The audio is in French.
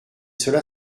cela